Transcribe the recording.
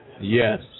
Yes